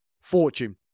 fortune